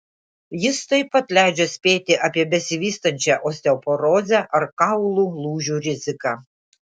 jis taip pat leidžia spėti apie besivystančią osteoporozę ar kaulų lūžių riziką